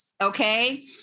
okay